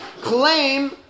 claim